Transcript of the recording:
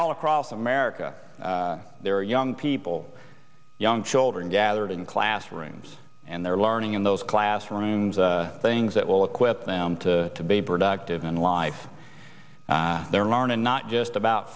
all across america there are young people young children gathered in classrooms and they're learning in those classrooms things that will equip them to be productive in life they're learning not just about